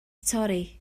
torri